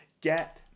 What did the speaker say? get